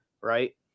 right